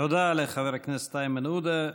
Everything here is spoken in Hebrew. תודה לחבר הכנסת איימן עודה.